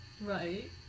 right